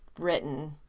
written